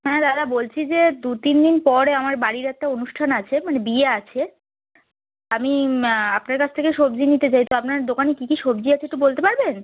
হ্যাঁ দাদা বলছি যে দু তিন দিন পরে আমার বাড়ির একটা অনুষ্ঠান আছে মানে বিয়ে আছে আমি আপনার কাছ থেকে সবজি নিতে চাই তো আপনার দোকানে কী কী সবজি আছে একটু বলতে পারবেন